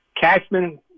Cashman